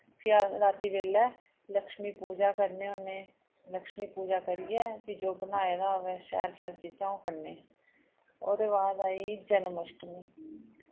फ्ही राती बेन्ल्लै लक्ष्मी पूजा करने होने लक्ष्मी पूजा करियै फ्ही जो बनाए दा होऐ शैल शैल चीजां ओ खन्ने ओह्दे बाद आई जन्माश्टमी